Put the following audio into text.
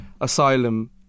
asylum